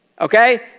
okay